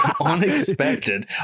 unexpected